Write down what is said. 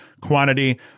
quantity